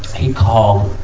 he called,